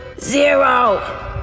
zero